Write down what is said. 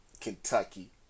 Kentucky